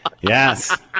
yes